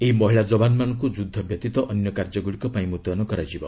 ଏହି ମହିଳା ଯବାନମାନଙ୍କୁ ଯୁଦ୍ଧ ବ୍ୟତୀତ ଅନ୍ୟ କାର୍ଯ୍ୟଗୁଡ଼ିକ ପାଇଁ ମୁତୟନ କରାଯିବ